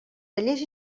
cellers